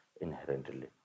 inherently